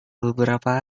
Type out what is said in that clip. beberapa